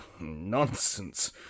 Nonsense